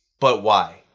but why?